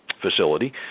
facility